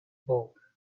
bulk